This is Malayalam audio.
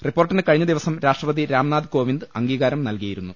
റിപ്പോർട്ടിന് കഴിഞ്ഞ ദിവസം രാഷ്ട്രപതി രാംനാഥ് കോവിന്ദ് അംഗീകാരം നൽകിയിരുന്നു